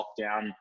lockdown